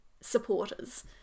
supporters